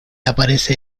aparece